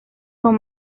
son